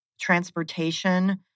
transportation